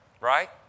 right